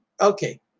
Okay